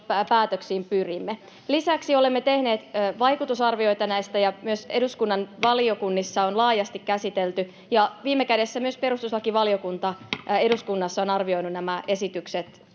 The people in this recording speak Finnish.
päätöksiin pyrimme. Lisäksi olemme tehneet näistä vaikutusarvioita, joita myös eduskunnan valiokunnissa on laajasti käsitelty. Viime kädessä myös perustuslakivaliokunta eduskunnassa on arvioinut nämä esitykset